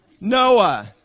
Noah